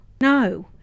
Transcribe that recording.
no